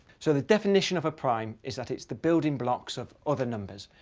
so the definition of a prime is that it's the building blocks of other numbers.